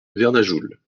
vernajoul